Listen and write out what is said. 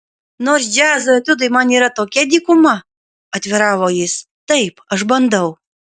nors džiazo etiudai man yra tokia dykuma atviravo jis taip aš bandau